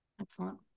Excellent